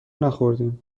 نخوردیم